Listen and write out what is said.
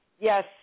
Yes